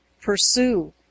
pursue